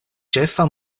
ĉefa